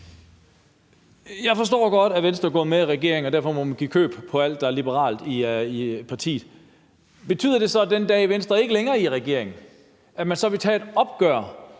Jeg forstår godt, at Venstre går med i regering, og at man derfor må give køb på alt, hvad der er liberalt, i partiet. Betyder det så, at man, den dag Venstre ikke længere er med i regeringen, vil tage et opgør